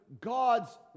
God's